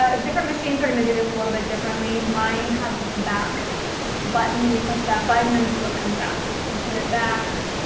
ah different machines are gonna do this a little bit differently mine has this back button you push that button and the foot comes out to put it back